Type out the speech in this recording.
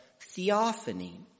theophany